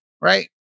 right